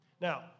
Now